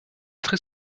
très